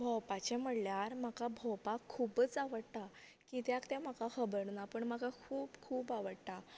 भोंवपाचें म्हणल्यार म्हाका भोंवपाक खुबच आवडटा कित्याक तें म्हाका खबर ना पण म्हाका खूब खूब आवडटा